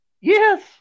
Yes